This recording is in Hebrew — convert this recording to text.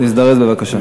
להזדרז בבקשה,